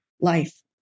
life